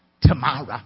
tomorrow